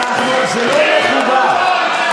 זה לא מכובד.